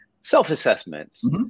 self-assessments